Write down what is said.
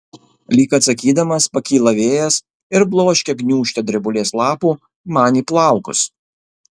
lyg atsakydamas pakyla vėjas ir bloškia gniūžtę drebulės lapų man į plaukus